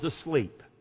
asleep